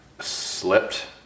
slipped